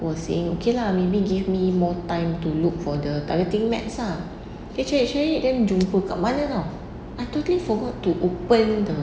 was saying okay lah maybe give me more time to look for the targeting mats lah actually actually then jumpa dekat mana [tau] I totally forgot to open the